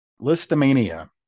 Listomania